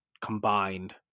combined